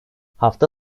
hafta